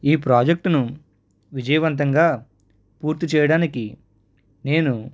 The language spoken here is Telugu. ఈ ప్రాజెక్టును విజయవంతంగా పూర్తి చేయడానికి నేను